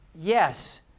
yes